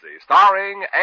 starring